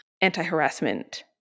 anti-harassment